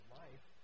life